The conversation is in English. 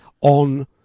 on